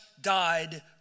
died